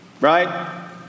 right